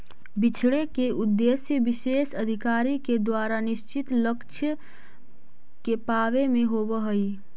बिछड़े के उद्देश्य विशेष अधिकारी के द्वारा निश्चित लक्ष्य के पावे में होवऽ हई